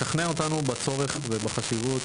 לשכנע אותנו בצורך ובחשיבות